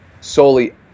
solely